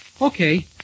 Okay